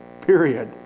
Period